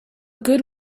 good